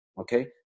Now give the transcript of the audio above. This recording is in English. Okay